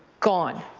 gone.